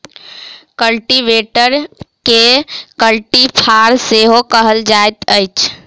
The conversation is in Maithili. कल्टीवेटरकेँ कल्टी फार सेहो कहल जाइत अछि